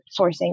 sourcing